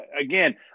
Again